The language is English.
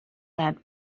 that